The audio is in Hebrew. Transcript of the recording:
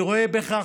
אני רואה בכך,